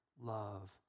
love